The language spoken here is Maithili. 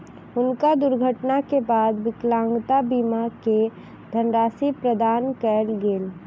हुनका दुर्घटना के बाद विकलांगता बीमा के धनराशि प्रदान कयल गेल